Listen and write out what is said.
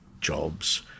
jobs